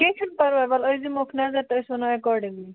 کیٚنٛہہ چھُنہٕ پَرواے وَلہٕ أسۍ دِمہوکھ نظر تہٕ أسۍ وَنو ایکارڈِنٛگلی